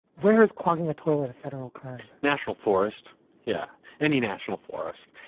whereas clogging the toilet, a federal national forest yeah, any national forest.